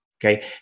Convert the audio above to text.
Okay